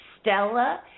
Stella